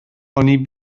oni